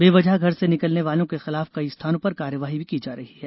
बेवजह घर से निकलने वालों के खिलाफ कई स्थानों पर कार्यवाही भी की जा रही है